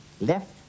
left